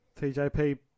TJP